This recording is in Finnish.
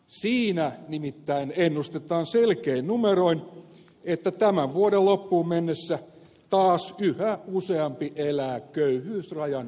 siinä nimittäin ennustetaan selkein numeroin että tämän vuoden loppuun mennessä taas yhä useampi elää köyhyysrajan alapuolella